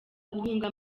guhunga